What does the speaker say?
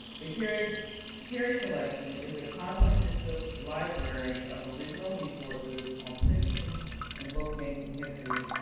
the cary cary collection is a comprehensive library of original resources on printing and bookmaking history,